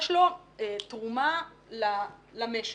יש לזה תרומה למשק.